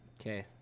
Okay